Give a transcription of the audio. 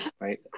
Right